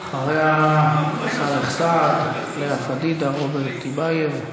אחריה, סאלח סעד, לאה פדידה, רוברט טיבייב.